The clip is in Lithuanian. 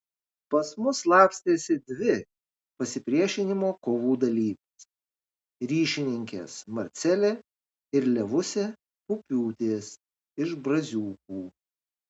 pas mus slapstėsi dvi pasipriešinimo kovų dalyvės ryšininkės marcelė ir levusė pupiūtės iš braziūkų